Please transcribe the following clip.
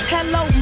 Hello